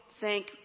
thank